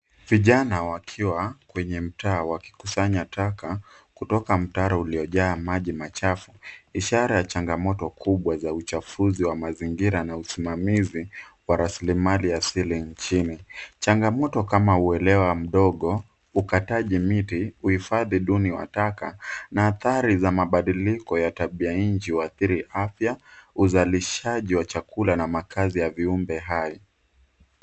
Vijana wakiwa kwenye mtaa wakikusanya taka kutoka mtaro uliojaa maji machafu, ishara ya changamoto kubwa za uchafuzi mazingira na usimamizi wa rasilimali asili nchini, changamoto kama uelewa mdogo, ukataji miti, uhifadhi duni wa taka na athari za mabadiliko ya tabianchi huathiri afya , uzalishaji wa chakula na makazi ya viumbe hai.